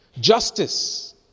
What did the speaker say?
Justice